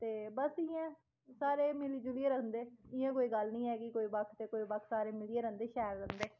ते बस इ'यां सारे मिली जुलियै रौंहदे इयां कोई गल्ल नी ऐ के कोई बक्ख ते कोई बक्ख सारे मीलियै रौंहदे शैल रौंह्दे